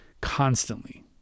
constantly